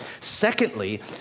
Secondly